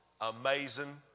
Amazing